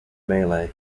melee